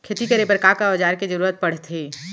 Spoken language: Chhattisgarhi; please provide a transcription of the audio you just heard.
खेती करे बर का का औज़ार के जरूरत पढ़थे?